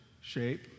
shape